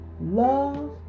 love